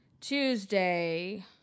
Tuesday